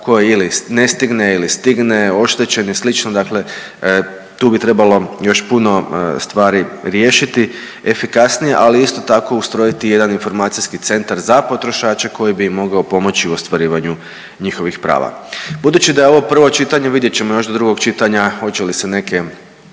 koji ili ne stigne ili stigne oštećen i sl., dakle tu bi trebalo još puno stvari riješiti efikasnije, ali isto tako ustrojiti jedan informacijski centar za potrošače koji bi im mogao pomoći u ostvarivanju njihovih prava. Budući da je ovo prvo čitanje vidjet ćemo još do drugog čitanja hoće li se neke